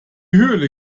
höhle